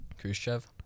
Khrushchev